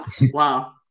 Wow